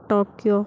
Tokyo